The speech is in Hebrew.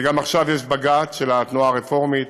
וגם עכשיו יש בג"ץ של התנועה הרפורמית,